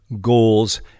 goals